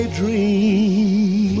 dream